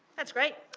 that's great.